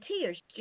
tears